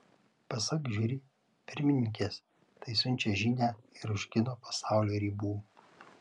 pasak žiuri pirmininkės tai siunčia žinią ir už kino pasaulio ribų